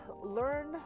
learn